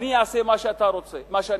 אני אעשה מה שאני רוצה.